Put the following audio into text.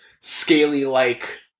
scaly-like